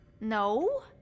no